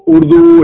Urdu